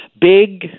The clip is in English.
big